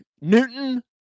Newton